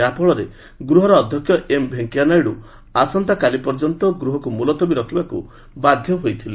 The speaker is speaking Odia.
ଯାହାଫଳରେ ଗୃହର ଅଧ୍ୟକ୍ଷ ଏମଭେଙ୍କୟାନାଇଡୁ ଆସନ୍ତାକାଲି ପର୍ଯ୍ୟନ୍ତ ଗୃହକୁ ମୁଲତବୀ ରଖିବାକୁ ବାଧ୍ୟ ହୋଇଥିଲେ